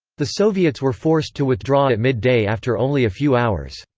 the soviets were forced to withdraw at midday after only a few hours.